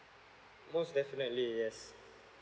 most definitely yes